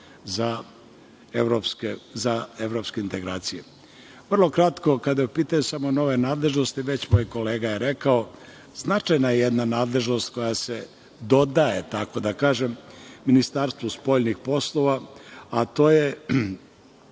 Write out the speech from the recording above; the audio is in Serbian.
za evropske integracije. Vrlo kratko kada je u pitanju samo nove nadležnosti, već moj kolega je rekao, značajna je jedna nadležnost koja se dodaje tako da kažem, Ministarstvu spoljnih poslova, a to su